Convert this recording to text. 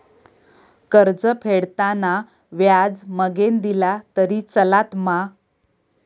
कर्ज फेडताना व्याज मगेन दिला तरी चलात मा?